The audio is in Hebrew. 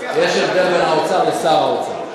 הבדל בין האוצר לשר האוצר.